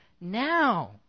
Now